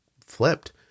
flipped